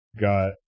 got